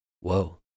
Whoa